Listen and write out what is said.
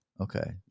Okay